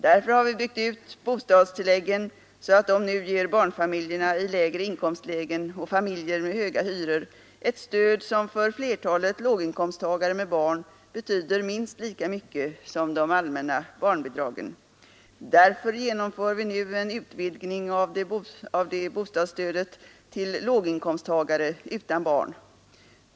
Därför har vi byggt ut bostadstilläggen så att de nu ger barnfamiljer i lägre inkomstlägen och familjer med höga hyror ett stöd, som för flertalet låginkomsttagare med barn betyder minst lika mycket som de allmänna barnbidragen. Därför genomför vi nu en utvidgning av bostadsstödet till låginkomsttagare utan barn.